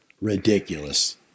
Ridiculous